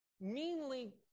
meanly